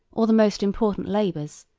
or the most important labors,